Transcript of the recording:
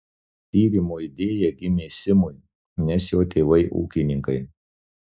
tyrimo idėja gimė simui nes jo tėvai ūkininkai